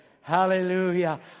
Hallelujah